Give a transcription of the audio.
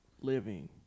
Living